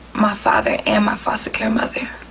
my father and my foster care mother,